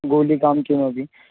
गुलिकां किमपि